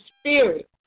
spirit